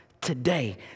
today